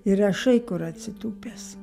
ir rašai kur atsitūpęs